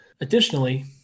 Additionally